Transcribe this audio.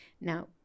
Now